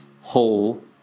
whole